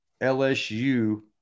LSU